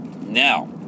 Now